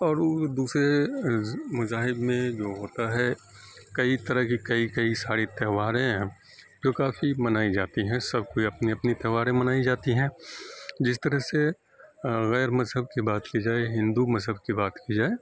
اور دوسرے مذاہب میں جو ہوتا ہے کئی طرح کے کئی کئی ساری تہواریں ہیں جو کافی منائی جاتی ہیں سب کوئی اپنی اپنی تہواریں منائی جاتی ہیں جس طرح سے غیر مذہب کی بات کی جائے ہندو مذہب کی بات کی جائے